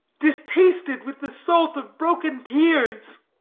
distasted with the salt of broken tears.